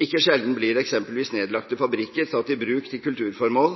Ikke sjelden blir eksempelvis nedlagte fabrikker tatt i bruk til kulturformål.